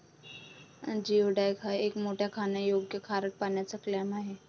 geoduck हा एक मोठा खाण्यायोग्य खारट पाण्याचा क्लॅम आहे